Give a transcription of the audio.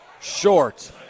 short